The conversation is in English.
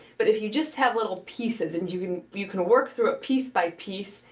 but if you just have little pieces, and you can you can work through it piece by piece,